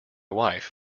wife